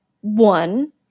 one